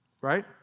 right